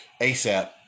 ASAP